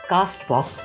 Castbox